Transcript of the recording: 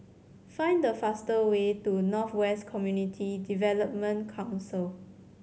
find the fastest way to North West Community Development Council